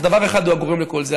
אך דבר אחד הוא הגורם לכל זה,